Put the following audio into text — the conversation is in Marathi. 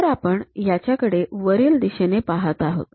तर आपण याच्याकडे वरील दिशेने पाहत आहोत